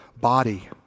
body